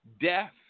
Death